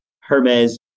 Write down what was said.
Hermes